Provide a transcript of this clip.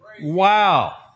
Wow